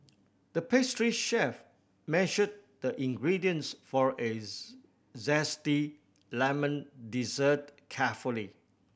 the pastry chef measured the ingredients for a zesty lemon dessert carefully